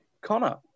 Connor